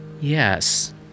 Yes